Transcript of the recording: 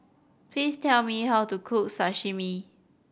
please tell me how to cook Sashimi